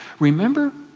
remember